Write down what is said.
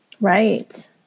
Right